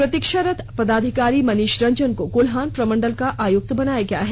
प्रतिक्षारत पदाधिकारी मनीष रंजन को कोल्हान प्रमंडल का आयुक्त बनाया गया है